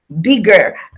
bigger